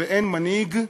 ובאין מנהיג,